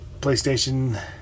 PlayStation